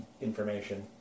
information